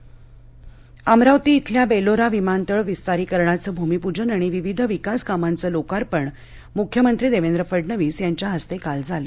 अमरावती अमरावती इथल्या बेलोरा विमानतळ विस्तारीकरणाचं भूमिपूजन आणि विविध विकास कामांचं लोकार्पण मुख्यमंत्री देवेंद्र फडणवीस यांच्या हस्ते काल झालं